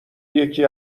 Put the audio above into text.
یکی